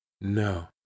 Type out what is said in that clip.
No